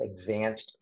advanced